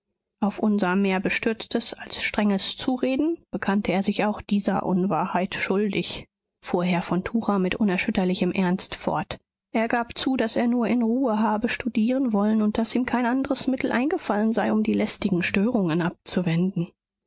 auf unser mehr bestürztes als strenges zureden bekannte er sich auch dieser unwahrheit schuldig fuhr herr von tucher mit unerschütterlichem ernst fort er gab zu daß er nur in ruhe habe studieren wollen und daß ihm kein andres mittel eingefallen sei um die lästigen störungen abzuwenden